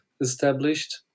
established